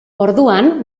orduan